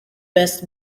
best